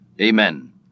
Amen